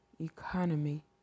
economy